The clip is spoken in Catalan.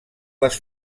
les